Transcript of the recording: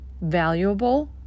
valuable